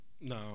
No